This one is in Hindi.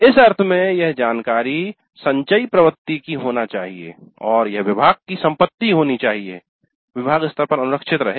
इस अर्थ में यह जानकारी संचयी प्रकृति की होनी चाहिए और यह विभाग की संपत्ति विभाग स्तर पर अनुरक्षित होनी चाहिए